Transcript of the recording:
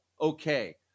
Okay